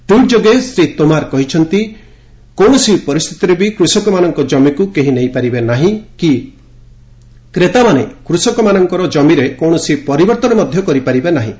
tweet ଯୋଗେ ଶ୍ରୀ ତୋମାର କହିଛନ୍ତି କୌଣସି ପରିସ୍ଥିତିରେ ବି କୃଷକମାନଙ୍କ କମିକୁ କେହି ନେଇପାରିବେ ନାହିଁ କି କ୍ରେତାମାନେ କୃଷକଙ୍କ ଜମିରେ କୌଣସି ପରିବର୍ତ୍ତନ ମଧ୍ୟ କରିପାରିବେ ନାହିଁ